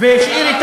והשאיר,